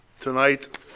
tonight